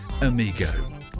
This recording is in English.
Amigo